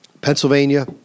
Pennsylvania